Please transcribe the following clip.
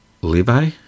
Levi